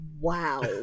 Wow